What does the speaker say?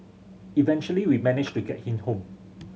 eventually we managed to get him home